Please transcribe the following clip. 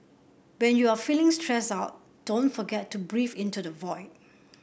when you are feeling stressed out don't forget to breathe into the void